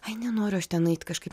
ai nenoriu aš ten eit kažkaip